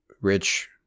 rich